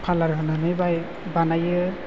खालार होनानै बाय बानायो